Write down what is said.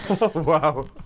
Wow